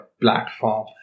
platform